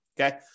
okay